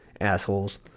assholes